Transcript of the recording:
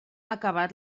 acabat